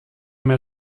mehr